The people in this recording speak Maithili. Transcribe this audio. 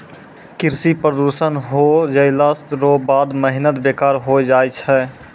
कृषि प्रदूषण हो जैला रो बाद मेहनत बेकार होय जाय छै